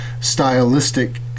stylistic